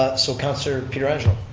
ah so councilor pietrangelo.